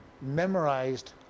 memorized